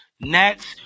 Next